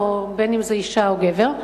אם זה אשה או גבר.